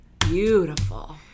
Beautiful